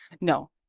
No